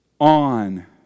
on